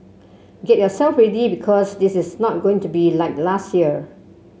get yourself ready because this is not going to be like last year